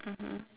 mmhmm